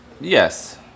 Yes